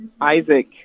Isaac